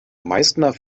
meißner